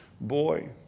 boy